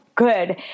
Good